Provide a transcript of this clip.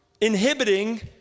inhibiting